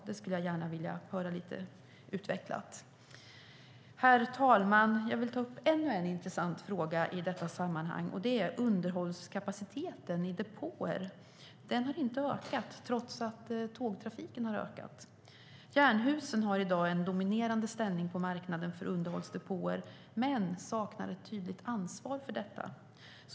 Det skulle jag gärna vilja höra statsrådet utveckla lite. Herr talman! Jag vill ta upp ännu en intressant fråga i detta sammanhang, nämligen underhållskapaciteten i depåer. Den har inte ökat trots att tågtrafiken har ökat. Jernhusen har i dag en dominerande ställning på marknaden för underhållsdepåer men saknar ett tydligt ansvar för detta.